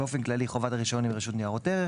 באופן כללי, חובת הרישיון היא על רשות ניירות ערך.